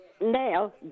now